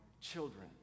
children